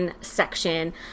section